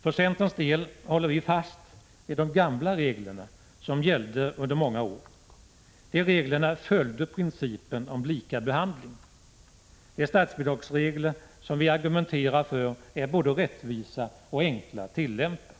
För centerns del håller vi fast vid de gamla reglerna som gällde under många år. De reglerna följde principen om lika behandling. De statsbidragsregler som vi argumenterar för är både rättvisa och enkla att tillämpa.